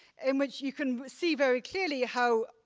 in which you can see very clearly how